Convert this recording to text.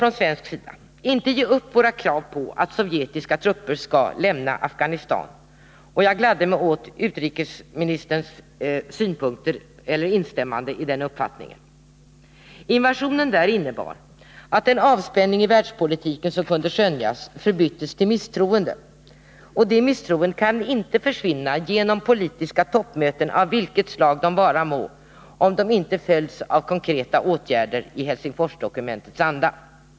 Från svensk sida får vi inte ge upp våra krav på att sovjetiska trupper skall lämna Afghanistan, och jag gladde mig åt att utrikesministern uttryckte den uppfattningen. Invasionen i Afghanistan innebar att den avspänning i världspolitiken som kunde skönjas förbyttes i misstroende. Det misstroendet kan inte försvinna genom politiska toppmöten, av vilket slag de vara må, om de inte följs av konkreta åtgärder i Helsingforsdokumentets anda.